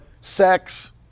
sex